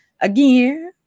Again